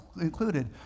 included